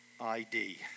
ID